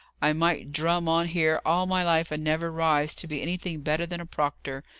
i might drum on here all my life and never rise to be anything better than a proctor,